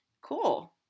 Cool